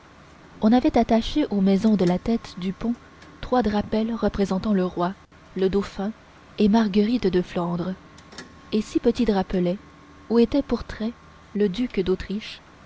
on avait attaché aux maisons de la tête du pont trois drapels représentant le roi le dauphin et marguerite de flandre et six petits drapelets où étaient pourtraicts le duc d'autriche